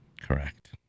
Correct